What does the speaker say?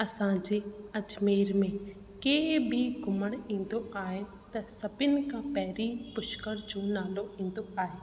असांजे अजमेर में केर बि घुमण ईंदो आहे त सभिनी खां पहिरीं पुष्कर जो नालो ईंदो आहे